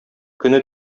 көне